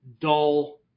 dull